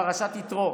זאת פרשת יתרו.